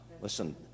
Listen